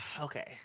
Okay